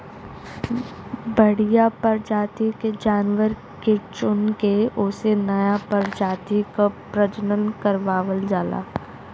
बढ़िया परजाति के जानवर के चुनके ओसे नया परजाति क प्रजनन करवावल जाला